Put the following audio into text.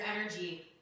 energy